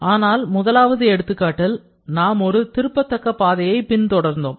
ஆனால் முதலாவது எடுத்துக்காட்டில் நாம் ஒரு திருப்பத்தை பாதையை பின் தொடர்ந்தோம்